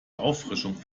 auffrischung